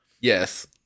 Yes